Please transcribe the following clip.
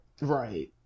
Right